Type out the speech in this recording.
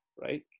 right